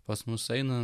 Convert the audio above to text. pas mus eina